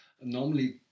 normally